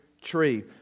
tree